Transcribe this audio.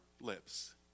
lips